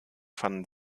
fanden